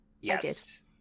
Yes